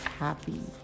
happy